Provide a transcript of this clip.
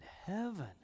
heaven